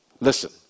Listen